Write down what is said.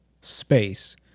space